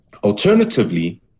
Alternatively